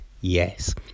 yes